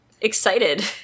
excited